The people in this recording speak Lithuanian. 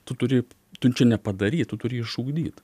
tu turi tu čia ne padaryt tu turi išugdyt